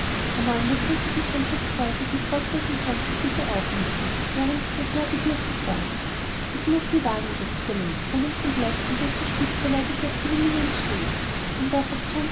amanda drückte die hand des greises mit wortlosem dank für diese aufmunterung deren sie so sehr bedürftig war ich muß sie warnen exzellenz vor einem komplott an dessen spitze leider sir trevelyan steht und in das